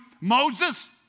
Moses